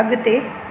अगि॒ते